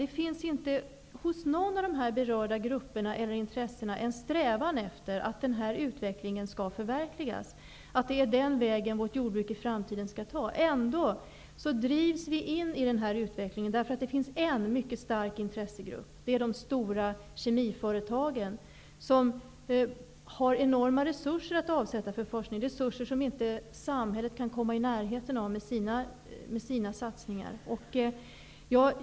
Det som är så svårt är att det inte hos någon av dessa berörda finns en strävan efter att dessa intentioner skall förverkligas, att det är denna väg som vårt jordbruk i framtiden skall ta. Trots detta drivs vi in i denna utveckling, därför att det finns en mycket stark intressegrupp: de stora kemiföretagen. De har enorma resurser att avsätta för forskning, resurser som samhället med sina satsningar inte kan komma i närheten av.